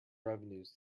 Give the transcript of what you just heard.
revenues